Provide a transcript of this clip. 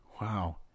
Wow